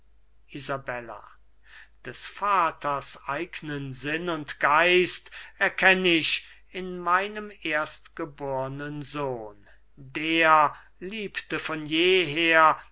des vaters eignen sinn und geist erkenn ich in meinem erstgebornen sohn der liebte von jeher